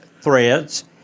threads